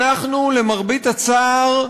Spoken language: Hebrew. אנחנו, למרבה הצער,